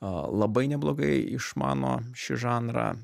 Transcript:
labai neblogai išmano šį žanrą